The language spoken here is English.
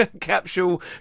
capsule